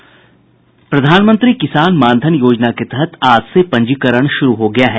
प्रधानमंत्री किसान मानधन योजना के तहत आज से पंजीकरण शुरू हो गया है